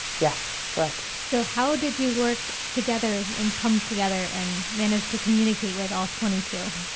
yes, correct, so how did you work together and come together and managed to communicate with all twenty two